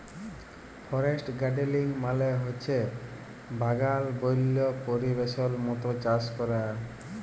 forest গাড়েলিং মালে হছে বাগাল বল্য পরিবেশের মত চাষ ক্যরা